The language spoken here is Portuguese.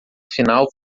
final